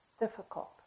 Difficult